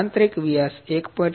આંતરિક વ્યાસ 1